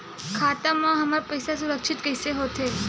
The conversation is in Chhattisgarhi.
खाता मा हमर पईसा सुरक्षित कइसे हो थे?